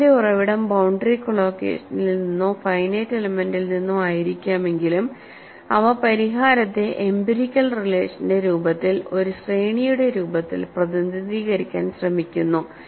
ഫലത്തിന്റെ ഉറവിടം ബൌണ്ടറി കൊലോക്കഷനിൽ നിന്നോ ഫൈനൈറ്റ് എലെമെന്റിൽ നിന്നോ ആയിരിക്കാമെങ്കിലും അവ പരിഹാരത്തെ എംപിരിക്കൽ റിലേഷന്റെ രൂപത്തിൽ ഒരു ശ്രേണിയുടെ രൂപത്തിൽ പ്രതിനിധീകരിക്കാൻ ശ്രമിക്കുന്നു